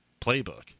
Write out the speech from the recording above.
playbook